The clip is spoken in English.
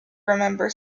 remember